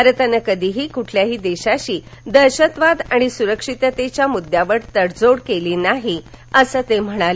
भारतानं कधीही कुठल्याही देशाशी दहशतवाद आणि सुरक्षिततेच्या मुद्द्यावर तडजोड केली नाही असं ते म्हणाले